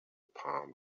palm